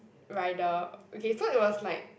rider okay so it was like